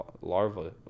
larva